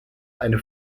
eine